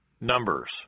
Numbers